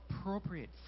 appropriate